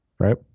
Right